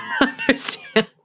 understand